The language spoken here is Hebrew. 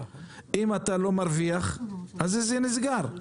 אם אתה לא מרוויח אז זה נסגר.